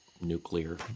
nuclear